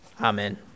amen